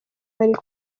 bari